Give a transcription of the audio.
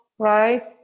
right